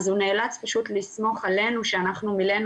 אז הוא נאלץ פשוט לסמוך עלינו שאנחנו ממלאים